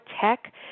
tech